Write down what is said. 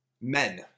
Men